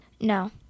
No